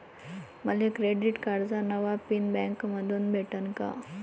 मले क्रेडिट कार्डाचा नवा पिन बँकेमंधून भेटन का?